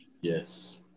Yes